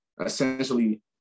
essentially